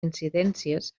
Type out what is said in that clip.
incidències